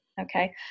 Okay